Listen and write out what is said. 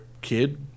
kid